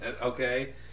Okay